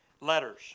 letters